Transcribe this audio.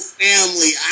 family